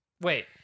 wait